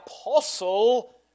apostle